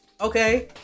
okay